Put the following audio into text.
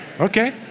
Okay